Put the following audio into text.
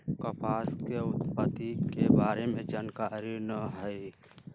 कपास के उत्पत्ति के बारे में जानकारी न हइ